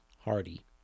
Hardy